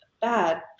bad